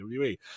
WWE